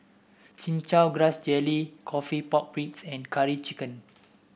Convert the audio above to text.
Chin Chow Grass Jelly coffee Pork Ribs and Curry Chicken